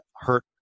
hurt